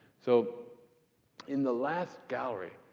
so in the last gallery,